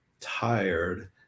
tired